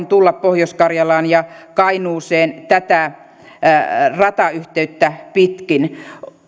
tulla pohjois karjalaan ja kainuuseen tätä ratayhteyttä pitkin